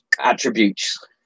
attributes